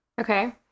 Okay